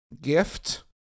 gift